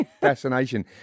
fascination